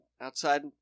outside